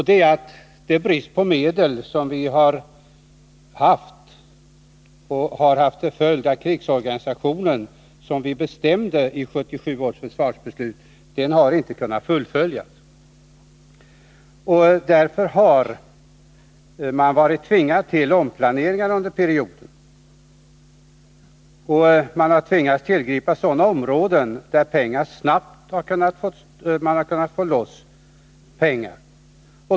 Den brist på medel som har rått har haft till följd att den krigsorganisation som vi bestämde i 1977 års försvarsbeslut inte har kunnat fullföljas. Därför har man varit tvingad till omplaneringar under perioden. Man har tvingats tillgripa sådana områden där man snabbt har kunnat få loss pengar.